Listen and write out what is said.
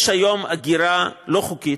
יש היום הגירה לא חוקית,